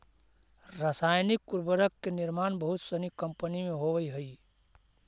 रसायनिक उर्वरक के निर्माण बहुत सनी कम्पनी में होवऽ हई